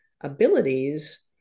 abilities